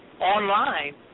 online